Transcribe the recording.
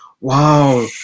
wow